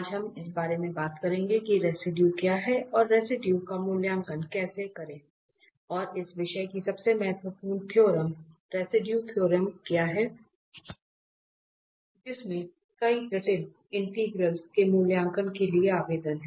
आज हम इस बारे में बात करेंगे कि रेसिडुए क्या है और रेसिडुए का मूल्यांकन कैसे करें और इस विषय की सबसे महत्वपूर्ण थ्योरम रेसिडुए थ्योरम है जिसमें कई जटिल इंटेग्रलस के मूल्यांकन के लिए आवेदन है